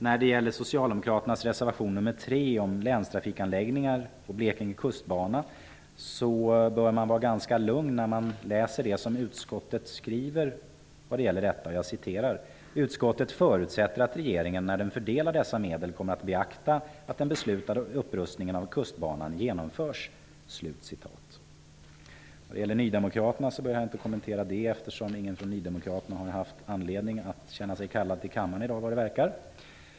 När det gäller socialdemokraternas reservation nr 3 om länstrafikanläggningar och Blekinge kustbana bör man känna sig ganska lugn när man läser det som utskottet skriver vad gäller detta: ''Utskottet förutsätter att regeringen när den fördelar dessa medel kommer att beakta att den beslutade upprustningen av kustbanan kan genomföras.'' Nydemokraternas reservation behöver jag inte kommentera, eftersom ingen från Ny demokrati har haft anledning att känna sig kallad till kammaren i dag vad det verkar.